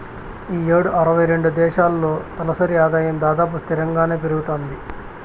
ఈ యేడు అరవై రెండు దేశాల్లో తలసరి ఆదాయం దాదాపు స్తిరంగానే పెరగతాంది